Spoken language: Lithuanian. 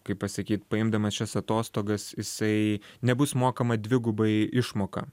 kaip pasakyt paimdamas šias atostogas jisai nebus mokama dvigubai išmoka